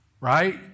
Right